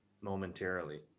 momentarily